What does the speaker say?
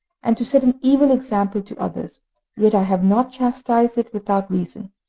and to set an evil example to others yet i have not chastised it without reason,